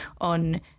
on